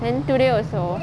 then today also